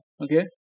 okay